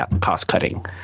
cost-cutting